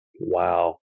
Wow